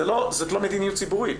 זאת לא מדיניות ציבורית.